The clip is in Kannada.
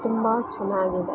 ತುಂಬ ಚೆನ್ನಾಗಿದೆ